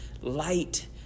light